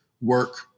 work